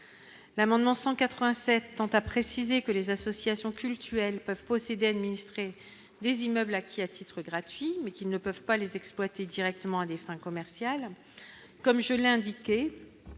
L'amendement 187 tente a précisé que les associations cultuelles peuvent posséder administré des immeubles acquis à titre gratuit mais qui ne peuvent pas les exploiter directement à des fins commerciales comme je l'indiquais